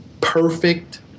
perfect